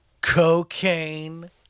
Cocaine